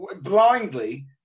blindly